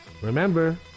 Remember